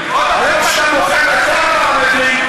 היהודים, בדיוק כמו כל היהודים.